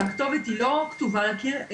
והכתובת לא כתובה על הקיר,